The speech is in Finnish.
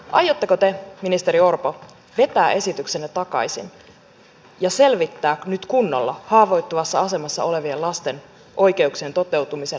aiotteko te ministeri orpo vetää esityksenne takaisin ja selvittää nyt kunnolla haavoittuvassa asemassa olevien lasten oikeuksien toteutumisen nykytilanteessa suomessa